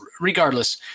Regardless